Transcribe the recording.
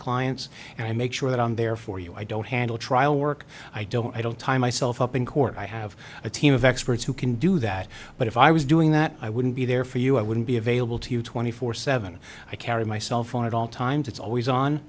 clients and i make sure that i'm there for you i don't handle trial work i don't i don't tie myself up in court i have a team of experts who can do that but if i was doing that i wouldn't be there for you i wouldn't be available to you twenty four seven i carry my cell phone at all times it's always on